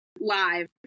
live